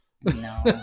No